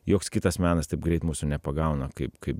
joks kitas menas taip greit mūsų nepagauna kaip kaip